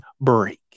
break